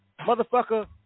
Motherfucker